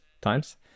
times